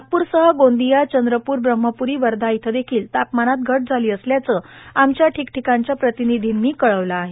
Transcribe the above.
नागपूरसह गोंदिया चंद्रपूर ब्रम्हपूरी वर्धा इथं देखिल तापमानात घट झाली असल्याचं आमच्या ठिकठिकाणच्या प्रतिनिधींनी कळवलं आहे